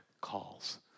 calls